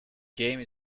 game